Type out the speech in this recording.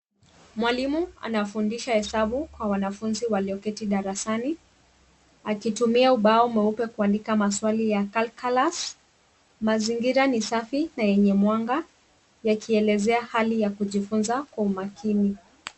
Mwalimu anafundisha hesabu kwa wanafunzi walioketi darasani akitumia ubao mweupe kuandika maswali ya kalkalasi. Mazingira ni safi na yenye mwanga yakielezea hali ya kujifunza kwa umakini.